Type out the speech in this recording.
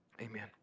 Amen